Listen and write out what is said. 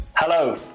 Hello